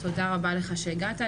תודה רבה לך שהגעת.